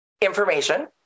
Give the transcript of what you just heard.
information